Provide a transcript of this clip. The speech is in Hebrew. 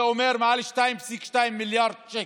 זה אומר מעל 2.2 מיליארד שקל.